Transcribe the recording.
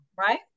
right